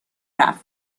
رفت